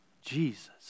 Jesus